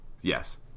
Yes